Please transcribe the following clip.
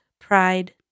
Pride